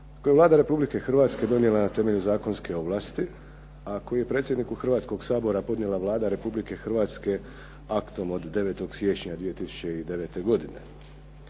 koje je Vlada Republike Hrvatske donijela na temelju zakonske ovlasti, a koji je predsjedniku Hrvatskoga sabora podnijela Vlada Republike Hrvatske aktom od 9. siječnja 2009. godine.